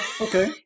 Okay